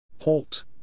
Halt